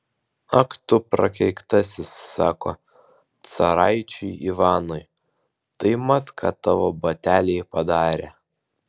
ak tu prakeiktasis sako caraičiui ivanui tai mat ką tavo bateliai padarė